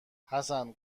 حسن